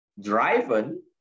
driven